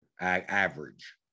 average